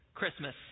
Christmas